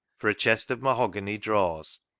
for a chest of mahogany drawers,